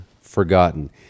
forgotten